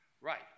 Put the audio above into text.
Right